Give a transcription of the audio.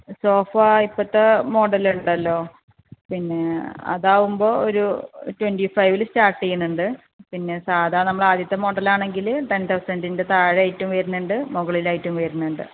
sofa ഇപ്പോഴത്തെ മോഡലുണ്ടല്ലോ പിന്നെ അതാകുമ്പോൾ ഒരു ട്വൻറ്ററി ഫൈവിൽ സ്റ്റാർട്ട് ചെയ്യുന്നുണ്ട് പിന്നെ സാധാ നമ്മൾ ആദ്യത്തെ മോഡലാണെങ്കിൽ ടെൻ തൗസന്റിൻ്റെ താഴെ ആയിട്ടും വരുന്നുണ്ട് മുകളിലായിട്ടും വരുന്നുണ്ട്